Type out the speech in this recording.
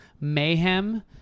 Mayhem